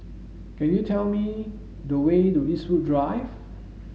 can you tell me the way to Eastwood Drive